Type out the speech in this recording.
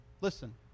listen